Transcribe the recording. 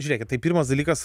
žiūrėkit tai pirmas dalykas